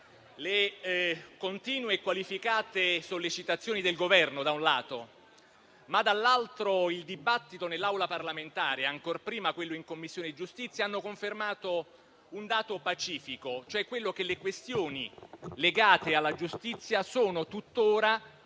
le continue e qualificate sollecitazioni del Governo, da un lato, ma dall'altro il dibattito nell'Aula parlamentare e ancor prima quello in Commissione giustizia hanno confermato un dato pacifico, e cioè che le questioni legate alla giustizia sono tuttora